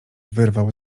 wyrwał